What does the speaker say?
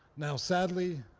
now, sadly,